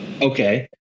Okay